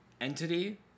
entity